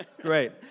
Great